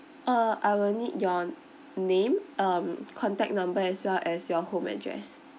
uh I will need your name um contact number as well as your home address